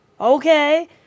okay